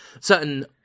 Certain